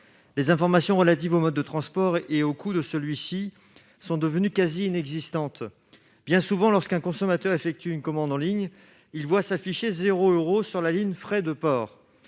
Les informations relatives au mode de transport et au coût de celui-ci sont devenues quasi inexistantes. Bien souvent, lorsqu'un consommateur passe une commande en ligne, il voit s'afficher « 0 euro » sur la ligne « Frais de port